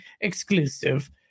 exclusive